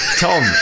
Tom